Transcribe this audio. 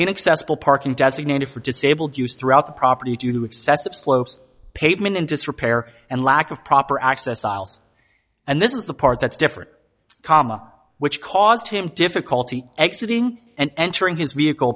inaccessible parking designated for disabled use throughout the property due to excessive slopes pavement in disrepair and lack of proper access files and this is the part that's different comma which caused him difficulty exiting and entering his vehicle